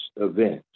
events